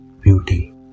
beauty